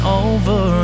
over